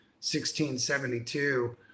1672